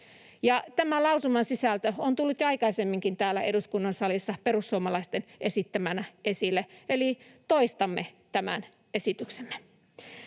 Tämän lausuman sisältö on tullut esille jo aikaisemmin täällä eduskunnan salissa perussuomalaisten esittämänä, eli toistamme tämän esityksemme.